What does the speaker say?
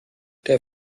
der